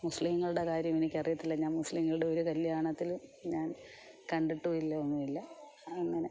മുസ്ലീങ്ങളുടെ കാര്യം എനിക്കറിയത്തില്ല ഞാന് മുസ്ലീങ്ങളുടെ ഒരു കല്യാണത്തിലും ഞാൻ കണ്ടിട്ടുമില്ലാ ഒന്നുമില്ലാ അങ്ങനെ